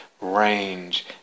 range